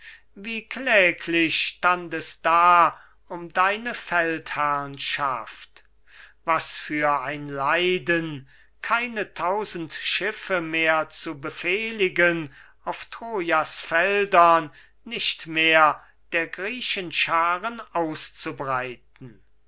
wie kläglich stand es da um deine feldherrnschaft was für ein leiden keine tausend schiffe mehr zu befehligen auf troja's feldern nicht mehr der griechen schaaren auszubreiten